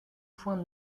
poing